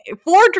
four